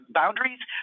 boundaries